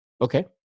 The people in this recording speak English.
Okay